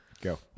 Go